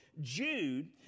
Jude